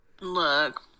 Look